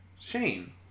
Shane